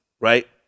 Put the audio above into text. right